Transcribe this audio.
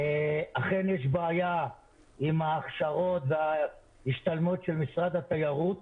אכן יש בעיה עם ההכשרות וההשתלמות של משרד התיירות.